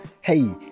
hey